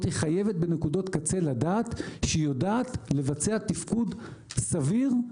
חייבת בנקודות קצה לדעת שהיא יודעת לבצע תפקוד סביר,